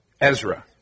Ezra